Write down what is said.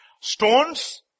stones